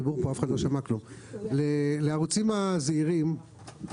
אני מקווה שברפורמה שמתכנן השר הצורך בלחייב את הערוצים הזעירים לשלם